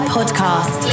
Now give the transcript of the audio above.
Podcast